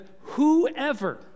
whoever